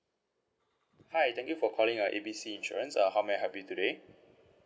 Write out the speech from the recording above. hi thank you for calling uh A B C insurance uh how may I help you today